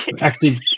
active